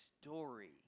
story